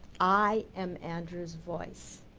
i am andrew's voice.